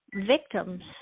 victims